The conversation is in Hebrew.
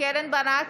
קרן ברק,